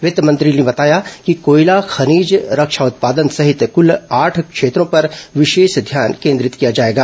वित्त मंत्री ने बताया कि कोयला खनिज रक्षा उत्पादन सहित आठ क्षेत्रों पर विशेष ध्यान केंद्रित किया जाएगा